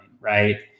Right